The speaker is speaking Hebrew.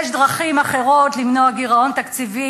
יש דרכים אחרות למנוע גירעון תקציבי,